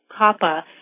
COPPA